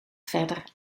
verder